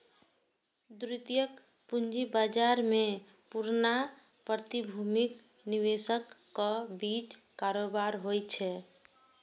द्वितीयक पूंजी बाजार मे पुरना प्रतिभूतिक निवेशकक बीच कारोबार होइ छै